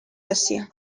asia